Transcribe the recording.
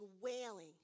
wailing